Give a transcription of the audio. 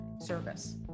service